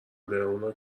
نداره، اونا